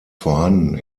vorhanden